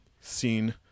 seen